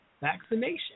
vaccination